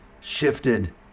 shifted